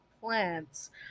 plants